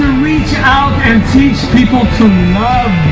reach out and teach people to love,